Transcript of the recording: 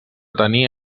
tenir